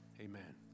amen